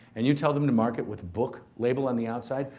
and you tell them to mark it with book label on the outside,